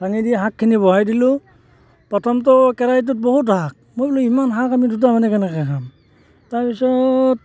ভাঙি দি শাকখিনি বহাই দিলোঁ প্ৰথমতো কেৰাহীটোত বহুত শাক মই বোলো ইমান শাক আমি দুটা মানুহে কেনেকৈ খাম তাৰপিছত